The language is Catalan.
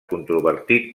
controvertit